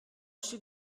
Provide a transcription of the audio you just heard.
steht